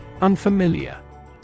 Unfamiliar